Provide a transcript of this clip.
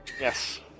Yes